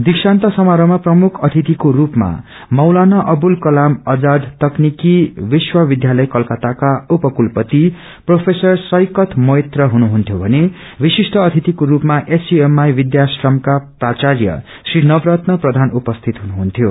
दिक्षानत समारोहमा प्रमुख अतिथिको स्पमा मौलाना अवुल कलाम आजाद तकनीकि विश्व विध्यालय कलकत्ताका उपकूलपति प्रोफेसर शैकत मोइत्रा हुनुहुन्थ्यो मने विशिष्ट अतिथिको रूपमा एसवूएमआई विध्याश्रमका प्राचाय श्री नवरल प्रधान उपस्थित हुनुहुन्थ्यो